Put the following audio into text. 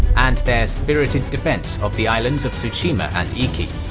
and their spirited defence of the islands of tsushima and iki.